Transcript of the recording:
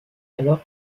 alors